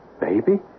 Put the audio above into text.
baby